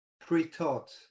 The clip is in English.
pre-taught